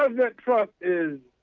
um that truck is.